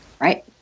Right